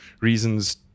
reasons